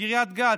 קריית גת,